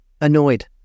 annoyed